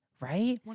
right